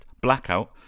Blackout